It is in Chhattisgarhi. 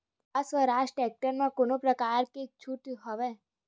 का स्वराज टेक्टर म कोनो प्रकार के छूट हवय?